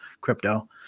crypto